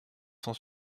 cent